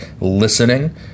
listening